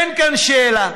אין כאן שאלה.